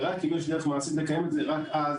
ורק אם יש דרך מעשית לקיים את זה, רק אז